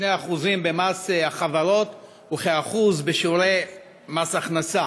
כ-2% במס החברות וכ-1% בשיעורי מס הכנסה.